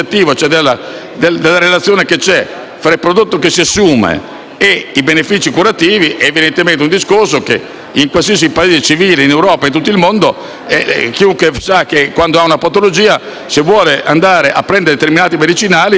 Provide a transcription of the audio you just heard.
tra il prodotto che si assume e i benefici curativi: in qualsiasi Paese civile, in Europa e in tutto il mondo, chiunque sa che quando ha una patologia, se vuole prendere determinati medicinali, deve farlo sotto prescrizione medica.